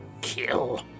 Kill